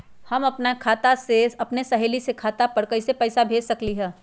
हम अपना खाता से अपन सहेली के खाता पर कइसे पैसा भेज सकली ह?